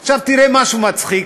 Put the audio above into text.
עכשיו, תראה משהו מצחיק.